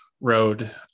road